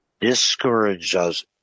discourages